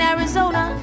Arizona